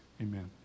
amen